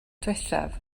ddiwethaf